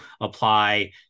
apply